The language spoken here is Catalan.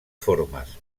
formes